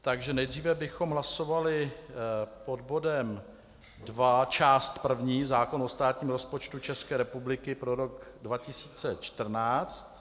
Takže nejdříve bychom hlasovali pod bodem 2 část první zákon o státním rozpočtu České republiky pro rok 2014.